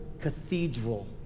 cathedral